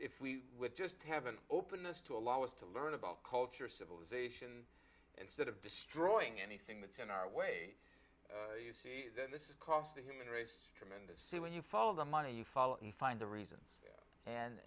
if we would just have an openness to allow us to learn about culture civilization instead of destroying anything that's in our way you see this is across the human race tremendously when you follow the money you follow and find the reasons and